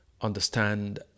understand